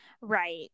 Right